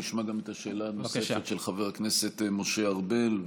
נשמע גם את השאלה הנוספת של חבר הכנסת משה ארבל,